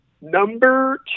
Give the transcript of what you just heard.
Number